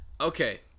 Okay